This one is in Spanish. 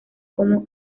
como